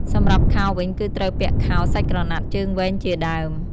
សម្រាប់ខោវិញ គឺត្រូវពាក់ខោសាច់ក្រណាត់ជើងវែងជាដើម។